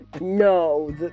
no